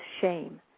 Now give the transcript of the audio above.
shame